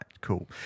cool